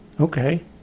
Okay